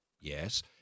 Yes